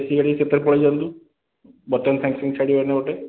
AC ଗାଡ଼ି ପଳାଇ ଯାଆନ୍ତୁ ବର୍ତ୍ତମାନ ସାଙ୍ଗେ ସାଙ୍ଗେ ଛାଡ଼ିବ ଏଇନା ଗୋଟେ